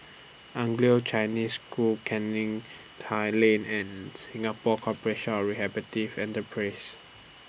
Anglo Chinese School Canning Tai Lane and Singapore Corporation of Rehabilitative Enterprises